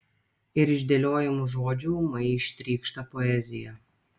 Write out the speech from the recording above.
ir iš dėliojamų žodžių ūmai ištrykšta poezija